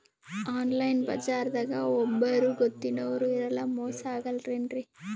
Online ಬಜಾರದಾಗ ಒಬ್ಬರೂ ಗೊತ್ತಿನವ್ರು ಇರಲ್ಲ, ಮೋಸ ಅಗಲ್ಲೆನ್ರಿ?